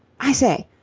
i say,